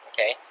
Okay